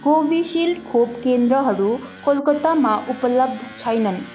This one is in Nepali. कोभिसिल्ड खोप केन्द्रहरू कोलकत्तामा उपलब्ध छैनन्